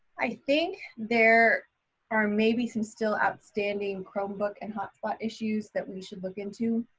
i think there are maybe some still outstanding chromebook and hotspot issues that we should look into.